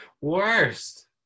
worst